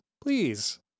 please